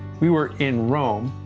we were in rome,